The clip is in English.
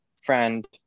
friend